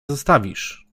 zostawisz